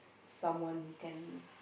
someone can